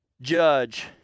judge